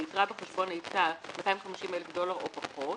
היתרה בחשבון היתה 250,000 דולר או פחות,